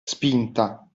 spinta